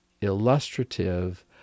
illustrative